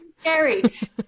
scary